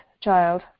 child